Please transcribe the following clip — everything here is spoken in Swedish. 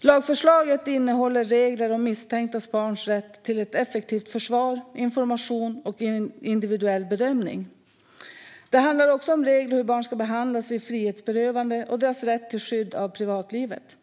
Lagförslaget innehåller regler om misstänkta barns rätt till ett effektivt försvar, information och individuell bedömning. Det handlar också om regler för hur barn ska behandlas vid frihetsberövande och deras rätt till skydd av privatlivet.